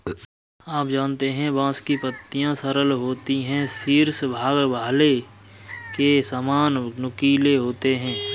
आप जानते है बांस की पत्तियां सरल होती है शीर्ष भाग भाले के सामान नुकीले होते है